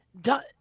done